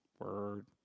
Word